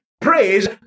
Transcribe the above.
praise